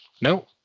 no